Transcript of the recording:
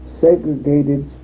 segregated